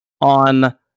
on